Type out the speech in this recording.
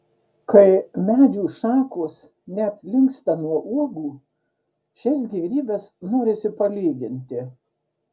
kai medžių šakos net linksta nuo uogų šias gėrybes norisi palyginti